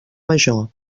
major